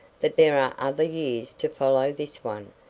that there are other years to follow this one.